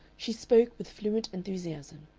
she spoke with fluent enthusiasm.